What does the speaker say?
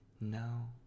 No